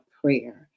prayer